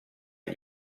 gli